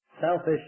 selfish